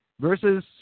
versus